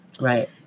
Right